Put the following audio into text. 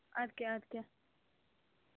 اَدٕ کیٛاہ اَدٕ کیٛاہ